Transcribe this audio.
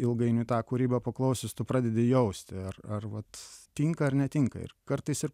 ilgainiui tą kūrybą paklausius tu pradedi jausti ar ar vat tinka ar netinka ir kartais ir